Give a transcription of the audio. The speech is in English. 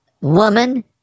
woman